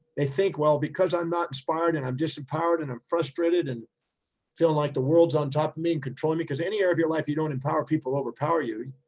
they think, well, because i'm not inspired and i'm disempowered and i'm frustrated and feeling like the world's on top of me and controlling me, cause any area of your life, you don't empower people overpower you.